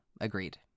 agreed